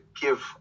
give